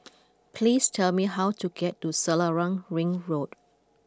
please tell me how to get to Selarang Ring Road